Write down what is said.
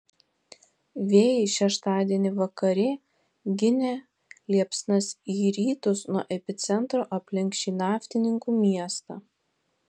vėjai šeštadienį vakarė ginė liepsnas į rytus nuo epicentro aplink šį naftininkų miestą